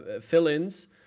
fill-ins